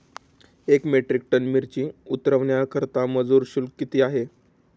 एक metric ton मिरची उतरवण्याकरता मजुर शुल्क किती आहे?